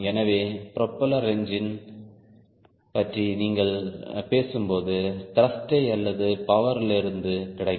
எனவேப்ரொப்பல்லர் engine பற்றி நீங்கள் பேசும்போது த்ருஷ்ட் யை அல்லது பவர் லிருந்து கிடைக்கும்